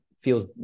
feels